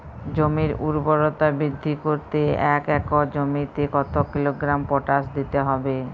জমির ঊর্বরতা বৃদ্ধি করতে এক একর জমিতে কত কিলোগ্রাম পটাশ দিতে হবে?